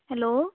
hello